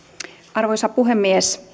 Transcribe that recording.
arvoisa puhemies